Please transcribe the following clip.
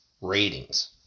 Ratings